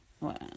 wow